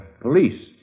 police